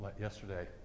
yesterday